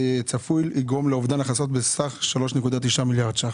צפוי לגרום לאובדן הכנסות בסך 3.9 מיליארד ₪.